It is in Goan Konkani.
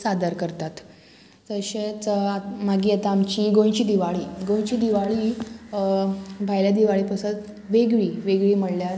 सादर करतात तशेंच मागीर येता आमची गोंयची दिवाळी गोंयची दिवाळी भायल्या दिवाळी पसत वेगळी वेगळी म्हणल्यार